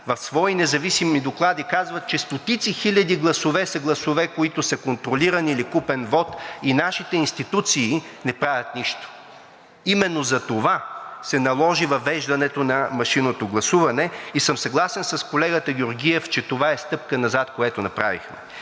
в свои независими доклади казват, че стотици хиляди гласове са гласове, които са контролиран или купен вот, и нашите институции не правят нищо. Именно затова се наложи въвеждането на машинното гласуване и съм съгласен с колегата Георгиев, че това е стъпка назад, което направихме.